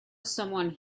someone